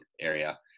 area